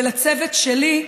לצוות שלי,